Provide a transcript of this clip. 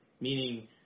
meaning